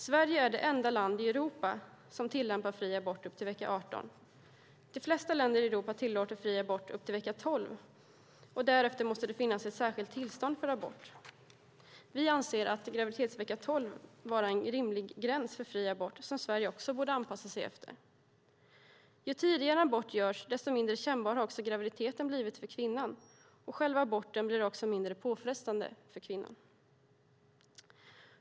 Sverige är det enda land i Europa som tillämpar fri abort upp till vecka 18. De flesta länder i Europa tillåter fri abort upp till vecka 12. Därefter måste det finnas ett särskilt tillstånd för abort. Vi anser graviditetsvecka 12 vara en rimlig gräns för fri abort som också Sverige borde anpassa sig efter. Ju tidigare en abort görs, desto mindre kännbar har graviditeten blivit för kvinnan, och själva aborten blir också mindre påfrestande för kvinnan.